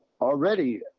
already